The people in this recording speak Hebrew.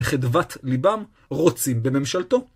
חדוות ליבם רוצים בממשלתו.